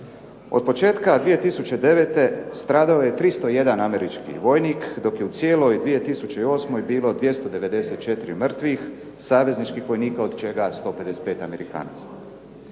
Od početka 2009. stradao je 301 američki vojnik, dok je u cijeloj 2008. bilo 294 mrtvih savezničkih vojnika, od čega 155 Amerikanaca.